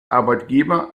arbeitgeber